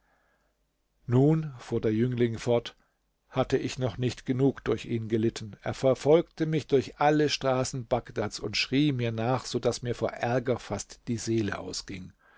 nun fuhr der jüngling fort hatte ich noch nicht genug durch ihn gelitten er verfolgte mich durch alle straßen bagdads und schrie mir nach so daß mir vor ärger fast die seele ausging